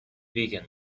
vegan